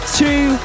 two